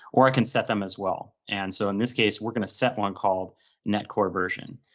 or i can set them as well. and so in this case, we're going to set one called net core version.